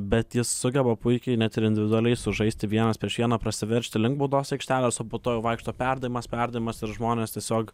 bet jis sugeba puikiai net ir individualiai sužaisti vienas prieš vieną prasiveržti link baudos aikštelės o po to vaikšto perdavimas perdavimas ir žmonės tiesiog